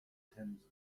themse